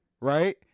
right